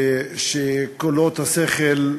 ושקולות השכל,